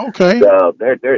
Okay